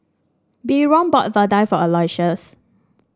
Byron bought Vadai for Aloysius